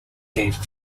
gave